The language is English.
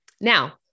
Now